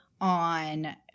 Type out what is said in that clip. on